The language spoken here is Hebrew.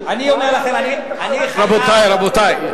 רבותי,